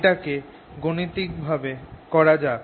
এটাকে গাণিতিক ভাবে করা যাক